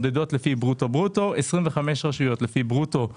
ברוטו-ברוטו; כ-25 מודדות לפי ברוטו;